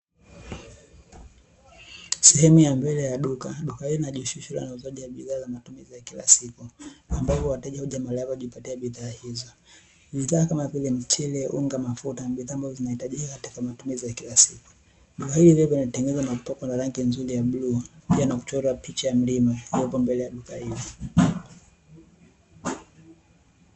Sehemu ya mbele ya duka, duka hili linajihusisha na uuzaji wa bidhaa za matumizi ya kila siku, ambapo wateja huja mahala hapa kujipatia bidhaa hizo. Bidhaa kama vile mchele, unga, mafuta ni bidhaa ambazo zinahitajika katika matumizi ya kila siku. Duka hili pia limetengenezwa na kupakwa rangi nzuri ya bluu pia na kuchorwa picha ya mlima iliyopo mbele ya duka hili.